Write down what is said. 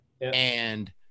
And-